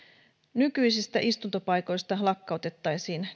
nykyisistä istuntopaikoista lakkautettaisiin